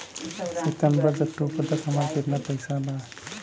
सितंबर से अक्टूबर तक हमार कितना पैसा बा?